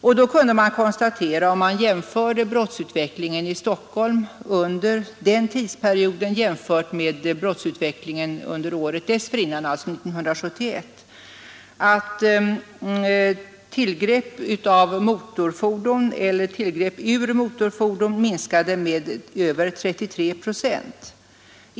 Om man jämför brottsfrekvensen i Stockholm under den tid som denna konferens pågick och då väsentliga polisförstärkningar sammandragits till Stockholm med brottsfrekvensen motsvarande tid närmast föregående år, alltså 1971, kan man konstatera att tillgrepp av motorfordon eller tillgrepp ur motorfordon minskade med över 33 procent.